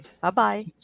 Bye-bye